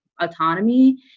autonomy